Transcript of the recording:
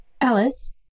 Alice